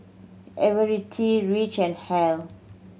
Everette Rich and Hal